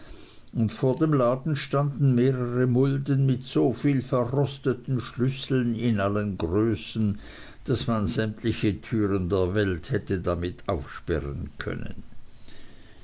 und vor dem laden standen mehrere mulden mit soviel verrosteten schlüsseln in allen größen daß man sämtliche türen der welt hätte damit aufsperren können